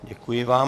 Děkuji vám.